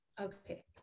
okay